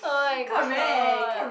oh-my-god